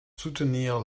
soutenir